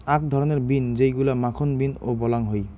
আক ধরণের বিন যেইগুলা মাখন বিন ও বলাং হই